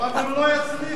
אבל הם לא יצליחו.